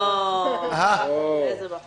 אצלנו